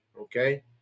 Okay